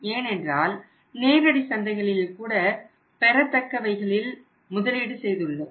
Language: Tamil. ஏனென்றால் நேரடி சந்தைகளில் கூட பெறத்தக்கவைகளில் முதலீடு செய்துள்ளோம்